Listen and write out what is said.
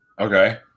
Okay